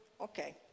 Okay